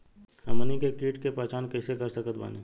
हमनी के कीट के पहचान कइसे कर सकत बानी?